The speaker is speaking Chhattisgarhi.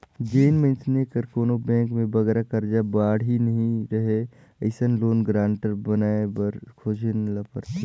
जेन मइनसे कर कोनो बेंक में बगरा करजा बाड़ही नी रहें अइसन लोन गारंटर बनाए बर खोजेन ल परथे